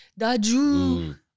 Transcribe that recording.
DaJu